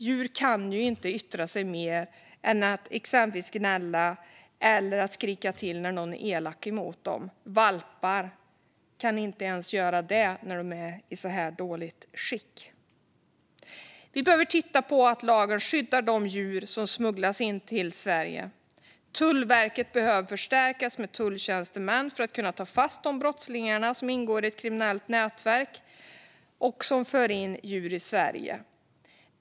Djur kan ju inte yttra sig mer än att exempelvis gnälla eller skrika till när någon är elak mot dem. Valpar som är i dåligt skick kan inte ens göra det. Vi behöver se till att lagen skyddar de djur som smugglas in i Sverige. Tullverket behöver förstärkas med tulltjänstemän för att kunna ta fast de brottslingar som ingår i ett kriminellt nätverk och för in djur i Sverige.